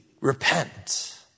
Repent